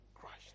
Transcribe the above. Christ